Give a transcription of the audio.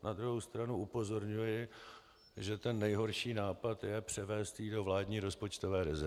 Na druhou stranu upozorňuji, že ten nejhorší nápad je převést ji do vládní rozpočtové rezervy.